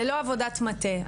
ללא עבודת מטה.